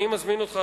אני מזמין אותך,